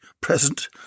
present